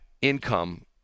income